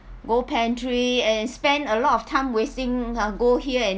go pantry and spend a lot of time wasting ha go here and